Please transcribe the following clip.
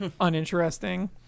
uninteresting